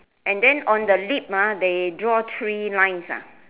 and then on the lip ah they draw three lines ah